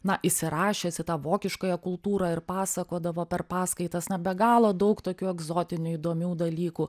na įsirašęs į tą vokiškąją kultūrą ir pasakodavo per paskaitas na be galo daug tokių egzotinių įdomių dalykų